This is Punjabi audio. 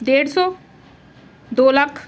ਡੇਢ ਸੌ ਦੋ ਲੱਖ